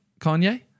Kanye